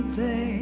day